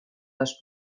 les